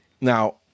Now